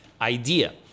idea